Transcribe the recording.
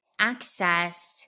accessed